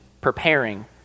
preparing